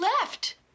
left